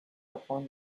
upon